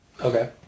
Okay